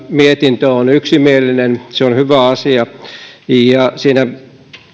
mietintö on yksimielinen se on hyvä asia siinä